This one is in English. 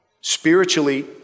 spiritually